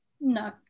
no